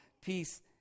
peace